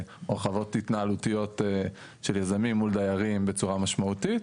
הרחבות התנהלותיות של יזמים מול דיירים בצורה משמעותית.